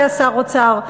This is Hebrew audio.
היה שר אוצר.